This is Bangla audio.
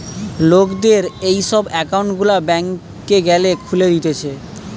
লোকদের এই সব একউন্ট গুলা ব্যাংকে গ্যালে খুলে দিতেছে